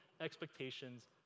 expectations